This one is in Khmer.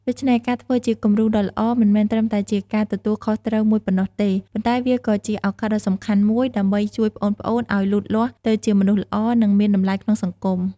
ដូច្នេះ ការធ្វើជាគំរូដ៏ល្អ មិនមែនត្រឹមតែជាការទទួលខុសត្រូវមួយប៉ុណ្ណោះទេ ប៉ុន្តែវាក៏ជា ឱកាសដ៏សំខាន់មួយ ដើម្បីជួយប្អូនៗឱ្យលូតលាស់ទៅជាមនុស្សល្អ និងមានតម្លៃក្នុងសង្គម ។